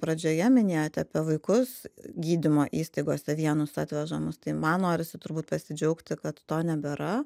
pradžioje minėjot apie vaikus gydymo įstaigose vienus atvežamus tai man norisi turbūt pasidžiaugti kad to nebėra